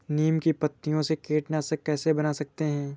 नीम की पत्तियों से कीटनाशक कैसे बना सकते हैं?